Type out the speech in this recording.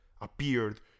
appeared